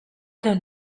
don’t